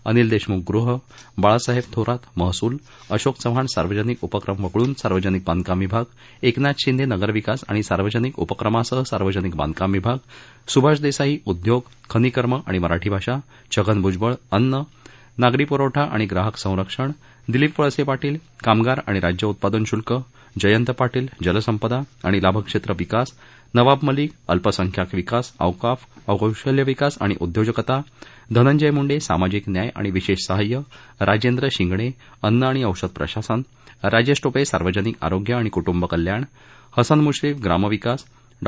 अनिल देशमुख गृह बाळासाहेब थोरात महसूल अशोक चव्हाण सार्वजनिक उपक्रम वगळून सार्वजनिक बांधकाम विभाग एकनाथ शिंदे नगरविकास आणि सार्वजनिक उपक्रमासह सार्वजनिक बांधकाम विभाग सुभाष देसाई उद्योग खनीकर्म आणि मराठी भाषा छगन भुजबळ अन्न नागरी पुरवठा आणि ग्राहक संरक्षण दिलीप वळसे पारील कामगार आणि राज्य उत्पादन शुल्क जयंत पार्शिल जलसंपदा आणि लाभक्षेत्र विकास नवाब मलिक अल्पसंख्याक विकास औकाफ कौशल्य विकास आणि उद्योजकता धनंजय मुंडे सामाजिक न्याय आणि विशेष सहाय्य राजेंद्र शिंगणे अन्न आणि औषध प्रशासन राजेश िमे सार्वजनिक आरोग्य आणि कु ि कल्याण हसन मुश्रीफ ग्राम विकास डॉ